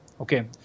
Okay